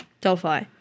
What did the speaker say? Delphi